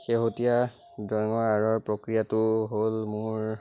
শেহতীয়া ড্ৰয়িঙৰ আঁৰৰ প্ৰক্ৰিয়াটো হ'ল মোৰ